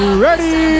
ready